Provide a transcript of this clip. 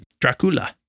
dracula